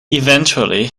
eventually